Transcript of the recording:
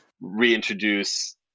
reintroduce